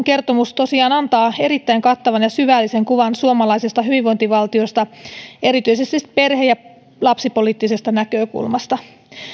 kertomus tosiaan antaa erittäin kattavan ja syvällisen kuvan suomalaisesta hyvinvointivaltiosta erityisesti perhe ja lapsipoliittisesta näkökulmasta